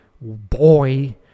boy